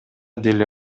деле